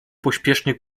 pośpiesznie